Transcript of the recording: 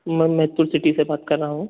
मैं मेधपुर सिटी से बात कर रहा हूँ